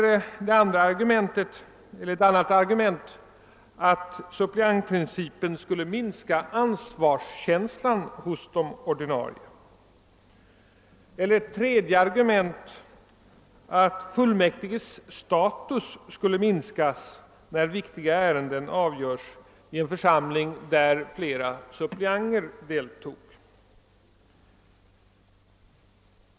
| Ett annat argument är att suppleantprincipen skulle minska ansvarskänslan hos de ordinarie ledamöterna, medan enligt ett tredje argument fullmäktiges status skulle minskas när viktiga ärenden avgörs i en församling där flera suppleanter deltar.